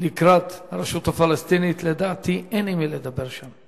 לקראת הרשות הפלסטינית, לדעתי אין עם מי לדבר שם.